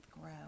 grow